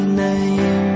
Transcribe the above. name